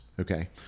Okay